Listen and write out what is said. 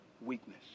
weakness